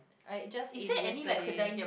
I just ate it yesterday